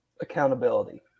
accountability